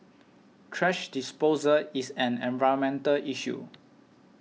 thrash disposal is an environmental issue